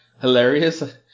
hilarious